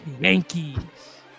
Yankees